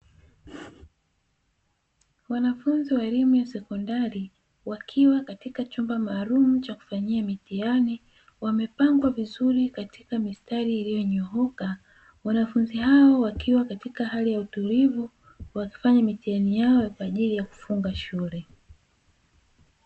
Wanafunzi wa elimu ya sekondari wakiwa katika chumba maalumu cha kufanyia mitihani, wamepangwa vizuri katika mistari iliyonyooka. Wanafunzi hawa wakiwa katika hali ya utulivu wakifanya mitihani yao kwa ajili ya kufunga shule.